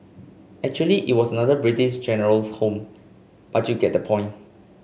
actually it was another British General's home but you get the point